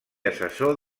assessor